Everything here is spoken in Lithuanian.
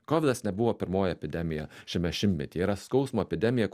kovidas nebuvo pirmoji epidemija šiame šimtmetyje yra skausmo epidemija